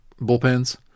bullpens